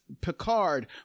Picard